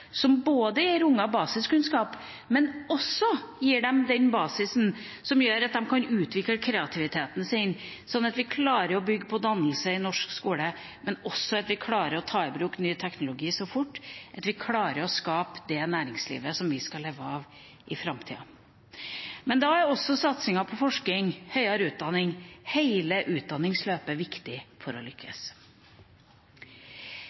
unger både basiskunnskaper og den basisen som gjør at de kan utvikle kreativiteten sin, slik at vi klarer å bygge på dannelse i norsk skole. Vi må også ta i bruk ny teknologi så fort at vi klarer å skape det næringslivet som vi skal leve av i framtida. Men da er også satsingen på forskning og høyere utdanning – hele utdanningsløpet – viktig for å